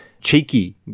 cheeky